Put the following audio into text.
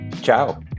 Ciao